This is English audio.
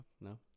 No